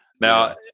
Now